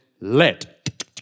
let